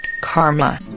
karma